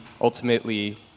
ultimately